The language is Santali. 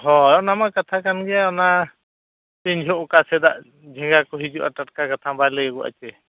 ᱦᱳᱭ ᱚᱱᱟᱢᱟ ᱠᱟᱛᱷᱟ ᱠᱟᱱᱜᱮᱭᱟ ᱚᱱᱟ ᱛᱤᱱ ᱡᱚᱠᱷᱮᱡ ᱚᱠᱟ ᱥᱮᱱᱟᱜ ᱡᱷᱤᱸᱜᱟ ᱠᱚ ᱦᱤᱡᱩᱜᱼᱟ ᱴᱟᱴᱠᱟ ᱠᱟᱛᱷᱟ ᱵᱟᱭ ᱞᱟᱹᱭᱟᱹᱜᱚᱜᱼᱟ ᱪᱮ